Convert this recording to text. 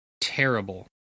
terrible